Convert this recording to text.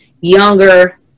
younger